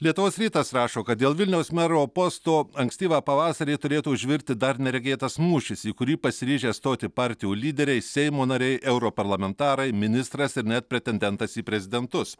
lietuvos rytas rašo kad dėl vilniaus mero posto ankstyvą pavasarį turėtų užvirti dar neregėtas mūšis į kurį pasiryžę stoti partijų lyderiai seimo nariai europarlamentarai ministras ir net pretendentas į prezidentus